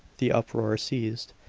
the uproar ceased.